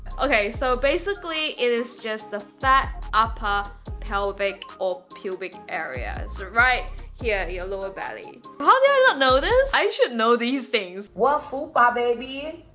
okay, so basically it is just the fat upper pelvic or pubic areas right here your lower belly how they i don't know this i should know these things what fupa ah baby?